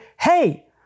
hey